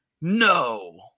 no